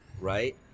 right